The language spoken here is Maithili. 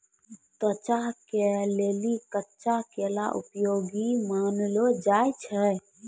त्वचा के लेली कच्चा केला उपयोगी मानलो जाय छै